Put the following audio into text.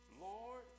Lord